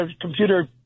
computer